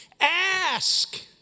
ask